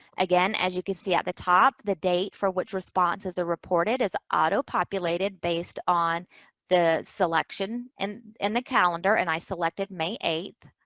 again, as you can see at the top, the date for which responses are reported is auto-populated based on the selection and and the calendar. and i selected may eighth.